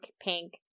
Pink